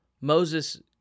Moses